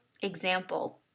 example